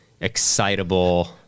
excitable